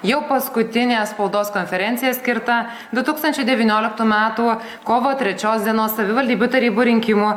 jau paskutinė spaudos konferencija skirta du tūkstančiai devynioliktų metų kovo trečios dienos savivaldybių tarybų rinkimų